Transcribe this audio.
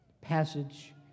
passage